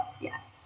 yes